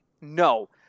No